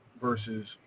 versus